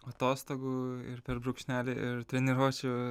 atostogų ir per brūkšnelį ir treniruočių